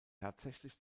tatsächlich